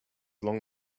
long